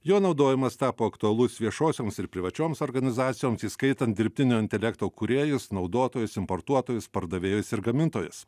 jo naudojimas tapo aktualus viešosioms ir privačioms organizacijoms įskaitant dirbtinio intelekto kūrėjus naudotojus importuotojus pardavėjus ir gamintojus